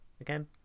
again